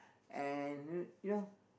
and you you know